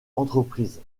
entreprise